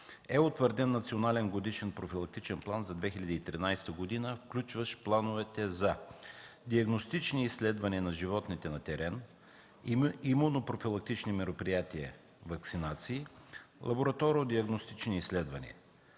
е утвърден Национален годишен профилактичен план за 2013 г., включващ плановете за: диагностични изследвания на животните на терен, имунопрофилактични мероприятия – ваксинации, лабораторно-диагностични изследвания.